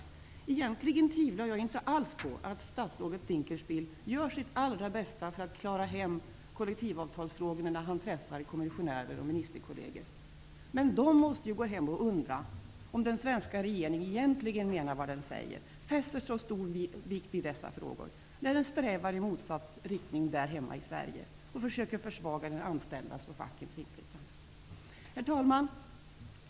Egentligen tvivlar jag inte alls på att statsrådet Dinkelspiel gör sitt allra bästa för att klara hem kollektivavtalsfrågorna när han träffar kommissionärer och ministerkolleger. Men de måste ju gå hem och undra om den svenska regeringen egentligen menar vad den säger och fäster så stor vikt vid dessa frågor, när den strävar i motsatt riktning där hemma i Sverige och försöker försvaga de anställdas och fackens inflytande. Herr talman!